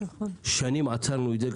שנים עצרנו את זה.